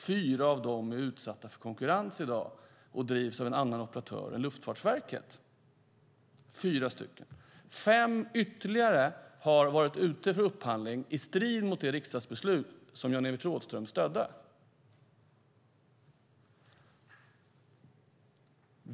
4 av dem är utsatta för konkurrens i dag och drivs av en annan operatör än Luftfartsverket. 5 ytterligare har varit föremål för upphandling i strid mot det riksdagsbeslut som Jan-Evert Rådhström stödde.